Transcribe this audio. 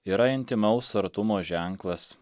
yra intymaus artumo ženklas